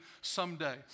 someday